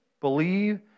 believe